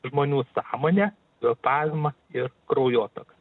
žmonių sąmonę kvėpavimą ir kraujotaką